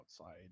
outside